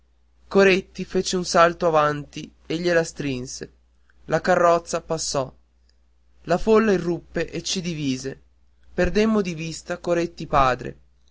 coretti fece un salto avanti e gliela strinse la carrozza passò la folla irruppe e ci divise perdemmo di vista coretti padre